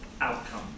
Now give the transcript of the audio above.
outcome